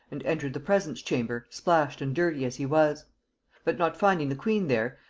and entered the presence-chamber splashed and dirty as he was but not finding the queen there,